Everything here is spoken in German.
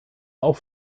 auf